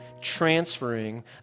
transferring